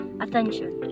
attention